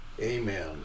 Amen